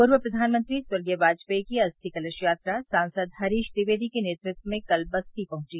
पूर्व प्रधानमंत्री स्वर्गीय वाजपेयी की अस्थिकलश यात्रा सांसद हरीश द्विवेदी के नेतत्व में कल बस्ती पहुंची